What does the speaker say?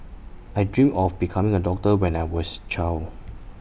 I dreamt of becoming A doctor when I was child